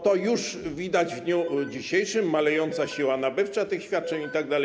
To już widać w dniu dzisiejszym - malejąca siła nabywcza tych świadczeń itd.